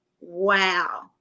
wow